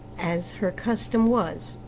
as her custom was.